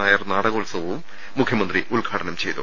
നായർ നാടകോത്സവവും മുഖ്യമന്ത്രി ഉദ്ഘാടനം ചെയ്തു